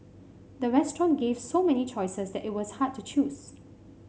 the restaurant gave so many choices that it was hard to choose